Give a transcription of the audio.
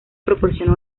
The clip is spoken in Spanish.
proporciona